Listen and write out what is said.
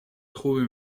خوبی